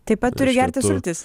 taip pat turi gerti sultis